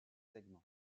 segment